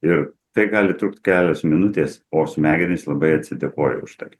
ir tai gali trukt kelios minutės o smegenys labai atsidėkoja už tai